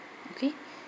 okay